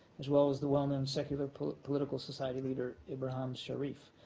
as well as the well-known secular political society leader ibrahim sharif.